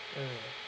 mm